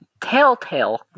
Telltale